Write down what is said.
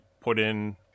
put-in